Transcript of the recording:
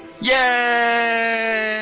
Yay